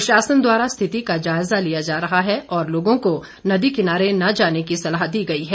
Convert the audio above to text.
प्रशासन द्वारा स्थिति का जायजा लिया जा रहा है और लोगों को नदी किनारे न जाने की सलाह दी गई है